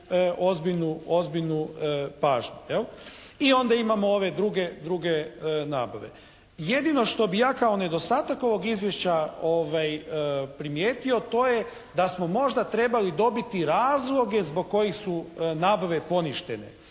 ozbiljnu pažnju. I onda imamo ove neke druge nabave. Jedino što bi ja kao nedostatak ovog izvješća primijetio to je da smo možda trebali dobiti razloge zbog kojih su nabave poništene